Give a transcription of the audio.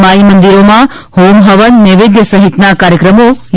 માઇ મંદિરોમાં હોમ હવન નૈવેદ્ય સહિતના કાર્યક્રમો યોજાશે